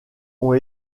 ont